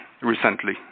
recently